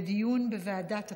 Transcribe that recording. לדיון בוועדת הפנים.